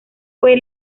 fue